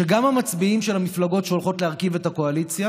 שגם המצביעים של המפלגות שהולכות להרכיב את הקואליציה